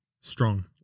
Strong